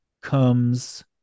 comes